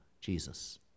Jesus